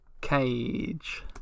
cage